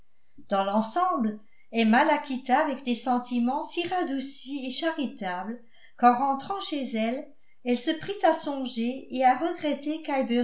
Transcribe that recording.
dans l'ensemble emma la quitta avec des sentiments si radoucis et charitables qu'en rentrant chez elle elle se prit à songer et à regretter